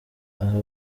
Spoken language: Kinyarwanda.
aha